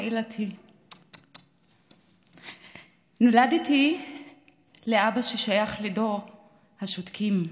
(אומרת בערבית: משפחתי.) נולדתי לאבא ששייך לדור השותקים,